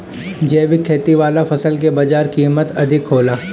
जैविक खेती वाला फसल के बाजार कीमत अधिक होला